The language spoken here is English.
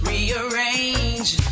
Rearrange